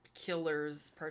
killers